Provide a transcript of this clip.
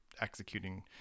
executing